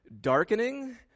darkening